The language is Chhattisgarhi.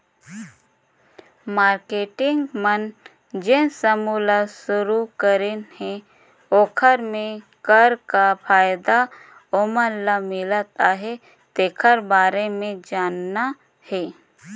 मारकेटिंग मन जेन समूह ल सुरूकरीन हे ओखर मे कर का फायदा ओमन ल मिलत अहे तेखर बारे मे जानना हे